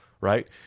right